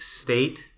state